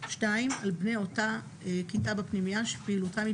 על בני אותה כיתה בפנימייה שפעילותם היא